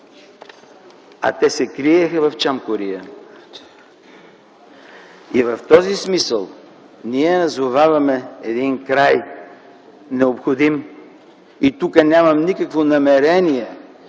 А те се криеха в Чамкория. И в този смисъл ние назоваваме един край, необходим. И тук нямам никакво намерение